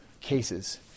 cases